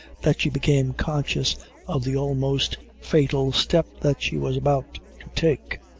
that she became conscious of the almost fatal step that she was about to take,